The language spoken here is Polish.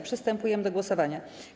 Przystępujemy do głosowania.